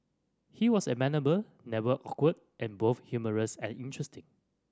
he was amenable never awkward and both humorous and interesting